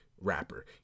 rapper